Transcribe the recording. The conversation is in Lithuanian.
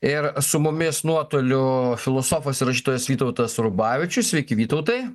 ir su mumis nuotoliu filosofas ir rašytojas vytautas rubavičius sveiki vytautai